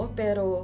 pero